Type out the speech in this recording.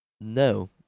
No